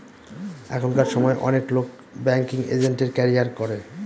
এখনকার সময় অনেক লোক ব্যাঙ্কিং এজেন্টের ক্যারিয়ার করে